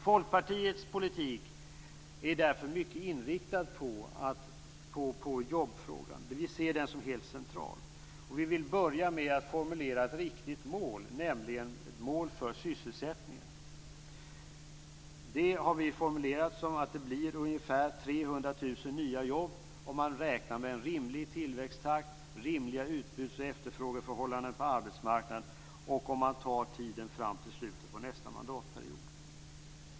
Folkpartiets politik är därför mycket inriktad på jobbfrågan. Vi ser den som helt central. Och vi vill börja med att formulera ett riktigt mål, nämligen ett mål för sysselsättningen. Det har vi formulerat som att det blir ungefär 300 000 nya jobb om man räknar med en rimlig tillväxttakt, rimliga utbuds och efterfrågeförhållanden på arbetsmarknaden och om man tar tiden fram till slutet på nästa mandatperiod.